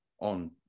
on